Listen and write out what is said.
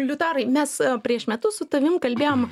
liutaurai mes prieš metus su tavim kalbėjom